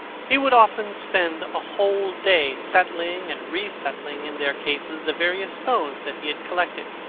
he would often spend a whole day settling and resettling in their cases the various stones that he had collected,